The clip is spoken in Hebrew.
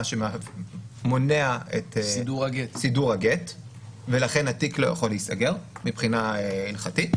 מה שמונע את סידור הגט ולכן התיק לא יכול להיסגר מבחינה הלכתית.